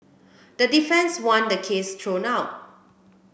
the defence want the case thrown out